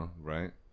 right